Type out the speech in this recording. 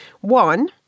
One